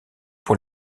pour